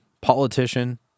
politician